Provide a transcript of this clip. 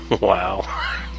Wow